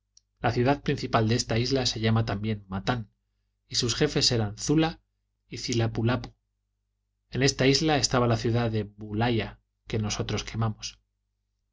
la ciudad principal de esta isla se llama también matan y sus jefes eran zula y cilapulapu en esta isla estaba la ciudad de bulaia que nosotros quema los